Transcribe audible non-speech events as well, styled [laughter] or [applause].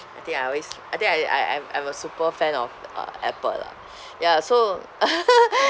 I think I always I think I I I'm I'm a super fan of uh apple lah [noise] ya so [laughs]